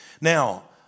Now